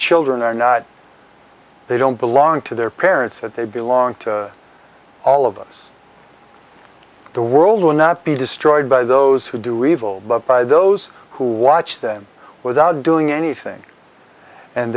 children are not they don't belong to their parents that they belong to all of us the world will not be destroyed by those who do evil but by those who watch them without doing anything and